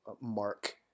mark